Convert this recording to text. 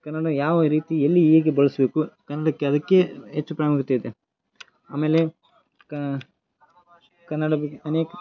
ಕನ್ನಡ ಯಾವ ರೀತಿ ಎಲ್ಲಿ ಹೇಗೆ ಬಳಸಬೇಕು ಕನ್ನಡಕ್ಕೆ ಅದಕ್ಕೆ ಹೆಚ್ಚು ಪ್ರಾಮುಖ್ಯತೆ ಇದೆ ಆಮೇಲೆ ಕನ್ನಡ ಬಗ್ಗೆ ಅನೇಕ